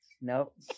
Nope